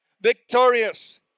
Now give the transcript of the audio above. victorious